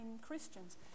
Christians